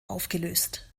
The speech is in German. aufgelöst